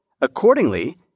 Accordingly